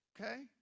Okay